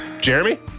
Jeremy